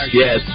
yes